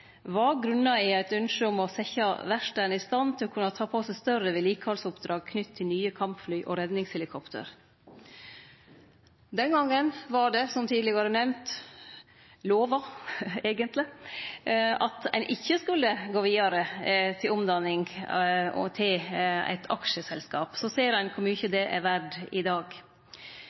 var grunna i eit ønskje om å setje verkstaden i stand til å kunne ta på seg større vedlikehaldsoppdrag knytte til nye kampfly og redningshelikopter. Den gongen vart det, som tidlegare nemnt, eigentleg lova at ein ikkje skulle gå vidare til omdanning til eit aksjeselskap. No ser ein kor mykje det er verdt i dag.